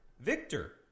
victor